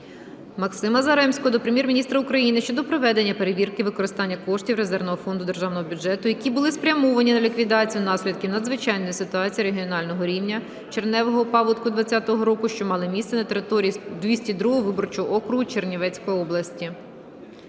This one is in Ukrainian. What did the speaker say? Максима Заремського до Прем'єр-міністра України щодо проведення перевірки використання коштів резервного фонду державного бюджету, які були спрямовані на ліквідацію наслідків надзвичайної ситуації регіонального рівня (червневого паводку 2020 року), що мала місце на території 202 виборчого округу Чернівецької області.